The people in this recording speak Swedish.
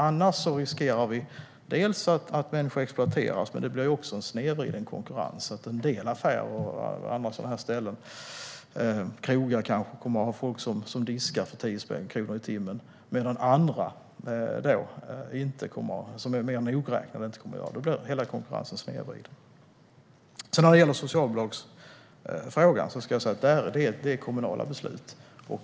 Annars riskerar vi att människor exploateras och att det blir en snedvriden konkurrens. En del butiker och krogar kommer kanske att ha folk som diskar för 10 kronor i timmen, medan andra som är mer nogräknade inte kommer att ha det. Då blir konkurrensen snedvriden. När det gäller socialbidragsfrågan ska jag säga att det är kommunala beslut.